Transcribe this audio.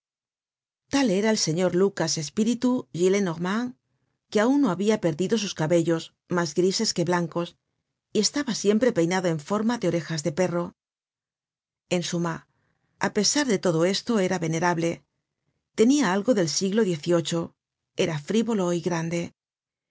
tal era el señor lucas espíritu gillenormand que aun no habia perdido sus cabellos mas grises que blancos y estaba siempre peinado en forma de orejas de perro en suma á pesar de todo esto era venerable tenia algo del siglo xviii era frivolo y grande